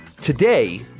Today